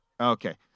Okay